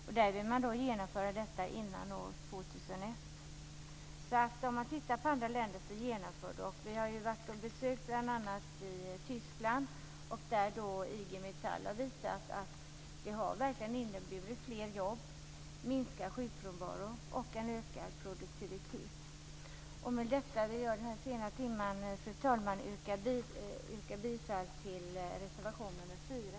Man vill genomföra det före år 2001. Vi ser alltså att andra länder genomför detta. Vi har besökt bl.a. Tyskland, där IG Metall har visat att det verkligen har inneburit fler jobb, minskad sjukfrånvaro och ökad produktivitet. Med detta vill jag i denna sena timme yrka bifall till reservation nr 4.